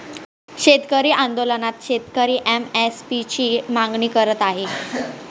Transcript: शेतकरी आंदोलनात शेतकरी एम.एस.पी ची मागणी करत आहे